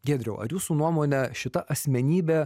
giedriau ar jūsų nuomone šita asmenybė